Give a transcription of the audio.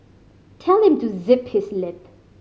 tell him to zip his lip